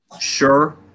Sure